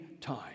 time